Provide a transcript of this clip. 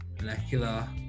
molecular